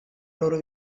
loro